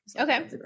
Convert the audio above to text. okay